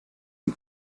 die